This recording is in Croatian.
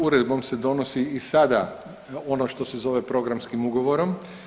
Uredbom se donosi i sada ono što se zove programskim ugovorom.